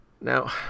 Now